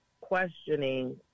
questioning